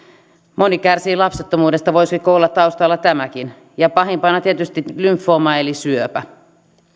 moni kärsii lapsettomuudesta voisiko olla taustalla tämäkin ja pahimpana tietysti lymfooma eli syöpä